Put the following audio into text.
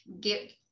get